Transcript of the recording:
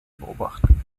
beobachten